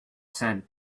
sand